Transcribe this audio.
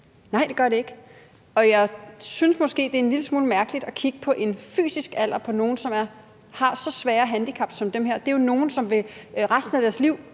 Nej, det gør det ikke, og jeg synes måske, det er en lille smule mærkeligt at kigge på en fysisk alder på nogen, som har så svære handicap som dem her. Det er jo nogle, som resten af deres liv